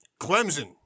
Clemson